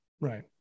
Right